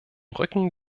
rücken